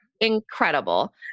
Incredible